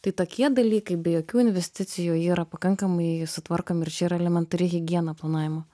tai tokie dalykai be jokių investicijų yra pakankamai sutvarkomi ir čia yra elementari higiena planavimo